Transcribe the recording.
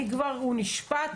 הוא כבר נשפט,